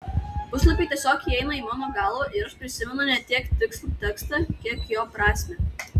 puslapiai tiesiog įeina į mano galvą ir aš prisimenu ne tiek tikslų tekstą kiek jo prasmę